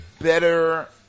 better